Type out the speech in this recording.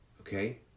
Okay